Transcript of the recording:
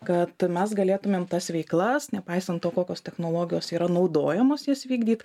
kad mes galėtumėm tas veiklas nepaisant to kokios technologijos yra naudojamos jas vykdyt